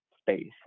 space